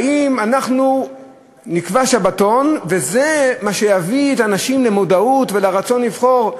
האם אנחנו נקבע שבתון וזה מה שיביא את האנשים למודעות ולרצון לבחור?